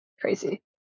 crazy